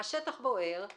השטח בוער,